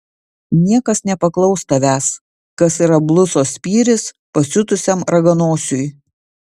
niekas nepaklaus tavęs kas yra blusos spyris pasiutusiam raganosiui